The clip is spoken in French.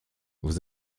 vous